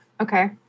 Okay